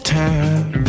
time